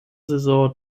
saison